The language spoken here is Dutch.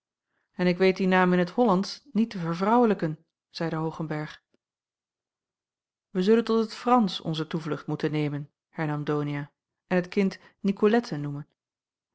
en ik weet dien naam in t hollandsch niet te vervrouwelijken zeide hoogenberg wij zullen tot het fransch onze toevlucht moeten nemen hernam donia en t kind nicolette noemen